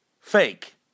fake